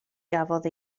gafodd